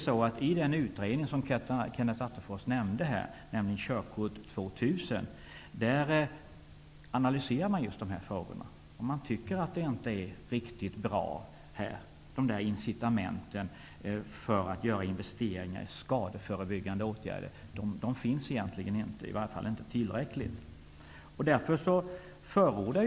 I den utredning som Kenneth Attefors nämnde, Körkort 2 000, analyseras just dessa frågor. Man tycker inte att det finns riktigt bra incitament -- i varje fall inte i tillräcklig omfattning -- när det gäller att göra investeringar i skadeförebyggande åtgärder.